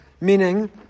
meaning